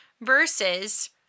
Versus